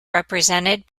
represented